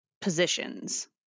positions